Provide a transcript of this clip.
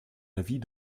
avis